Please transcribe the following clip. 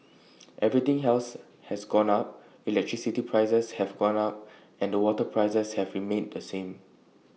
everything else has gone up electricity prices have gone up and the water prices have remained the same